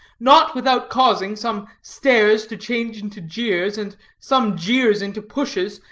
not without causing some stares to change into jeers, and some jeers into pushes,